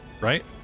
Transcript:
right